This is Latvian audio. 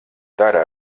dara